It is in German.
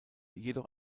jedoch